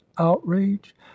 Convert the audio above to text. outrage